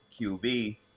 QB